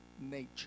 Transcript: nature